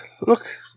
look